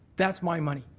that's my money.